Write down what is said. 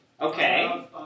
Okay